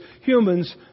humans